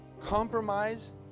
compromise